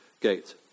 gate